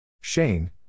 Shane